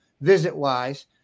visit-wise